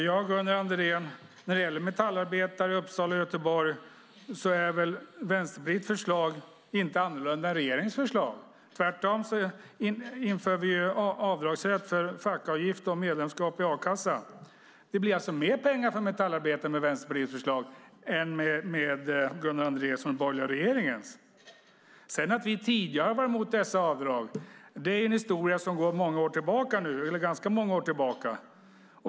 Herr talman! När det gäller metallarbetare i Uppsala och Göteborg är Vänsterpartiets förslag inte annorlunda än regeringens förslag. Tvärtom inför vi avdragsrätt för fackavgift och medlemskap i a-kassa. Det blir alltså mer pengar för metallarbetaren med Vänsterpartiets förslag än med Gunnar Andréns och den borgerliga regeringens. Att vi tidigare varit emot dessa avdrag är en historia som går ganska många år tillbaka.